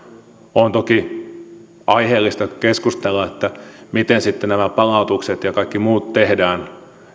on toki aiheellista keskustella siitä miten sitten nämä palautukset ja kaikki muut tehdään